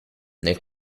nel